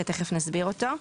שתיכף נסביר אותו.